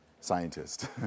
scientist